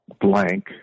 blank